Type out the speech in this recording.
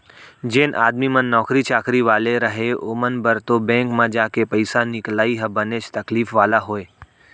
जेन आदमी मन नौकरी चाकरी वाले रहय ओमन बर तो बेंक म जाके पइसा निकलाई ह बनेच तकलीफ वाला होय